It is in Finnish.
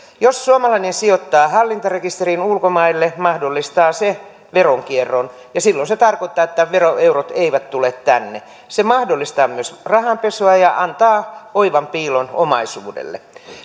jos suomalainen sijoittaa hallintarekisteriin ulkomaille mahdollistaa se veronkierron ja silloin se tarkoittaa että veroeurot eivät tule tänne se mahdollistaa myös rahanpesua ja antaa oivan piilon omaisuudelle